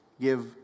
Give